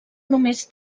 només